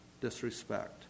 disrespect